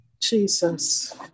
jesus